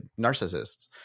narcissists